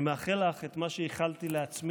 אני מאחל לך את מה שאיחלתי לעצמי